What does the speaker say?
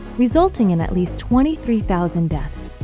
resulting in at least twenty three thousand deaths.